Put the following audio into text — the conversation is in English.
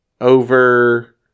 over